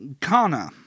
Kana